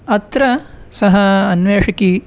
अत्र सः अन्वेषकः